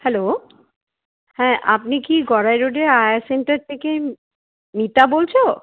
hello হ্যাঁ আপনি কি গড়াই রোডের আয়া সেন্টার থেকে মিতা বলছো